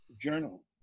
journal